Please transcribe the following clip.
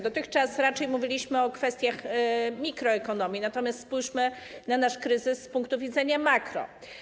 Dotychczas raczej mówiliśmy o kwestiach mikroekonomii, natomiast spójrzmy na nasz kryzys z punktu widzenia makro.